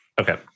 Okay